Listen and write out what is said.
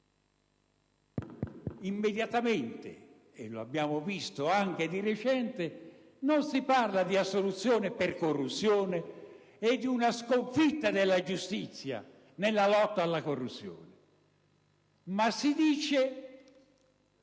questo accade - lo abbiamo visto anche di recente - nell'immediato non si parla di assoluzione per corruzione e di una sconfitta della giustizia nella lotta alla corruzione, ma si dice che